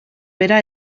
bera